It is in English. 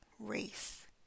race